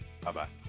Bye-bye